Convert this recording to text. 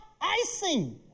icing